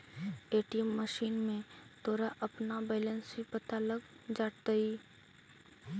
ATM machine में तोरा अपना बैलन्स भी पता लग जाटतइ